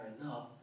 enough